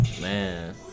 Man